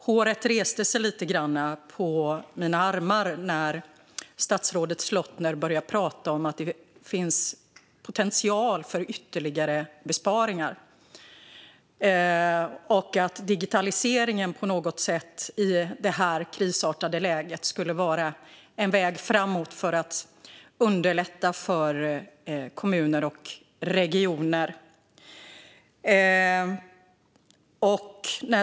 Håret reste sig lite grann på mina armar när statsrådet Slottner började prata om att det finns potential för ytterligare besparingar och att digitaliseringen på något sätt, i detta krisartade läge, skulle vara en väg framåt för att underlätta för kommuner och regioner.